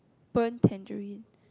burnt tangerine